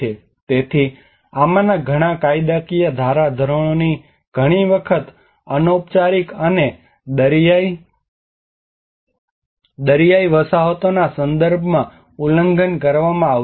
તેથી આમાંના ઘણા કાયદાકીય ધારાધોરણોનો ઘણી વખત અનૌપચારિક અને દરિયાઇ વસાહતોના સંદર્ભમાં ઉલ્લંઘન કરવામાં આવતું હતું